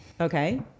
okay